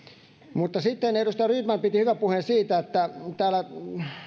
mutta sitten edustaja rydman piti hyvän puheen siitä että täällä